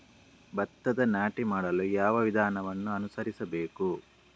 ಭತ್ತದ ನಾಟಿ ಮಾಡಲು ಯಾವ ವಿಧಾನವನ್ನು ಅನುಸರಿಸಬೇಕು?